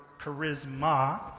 charisma